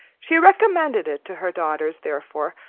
she recommended it to her daughters, therefore,